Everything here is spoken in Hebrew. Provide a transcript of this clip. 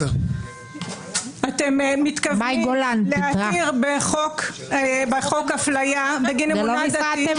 אתם מתכוונים להכיר בחור אפליה בגין אמונה דתית